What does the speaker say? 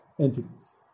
entities